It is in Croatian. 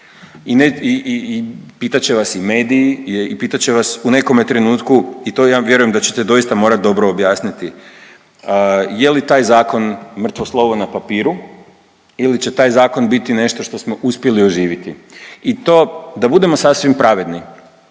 i pitat će vas i mediji i pitat će vas u nekome trenutku i to ja vjerujem da ćete doista morat dobro objasniti je li taj zakon mrtvo slovo na papiru ili će taj zakon biti nešto što smo uspjeli oživiti. I to da budemo sasvim pravedni